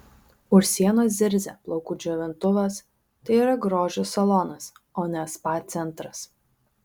už sienos zirzia plaukų džiovintuvas tai yra grožio salonas o ne spa centras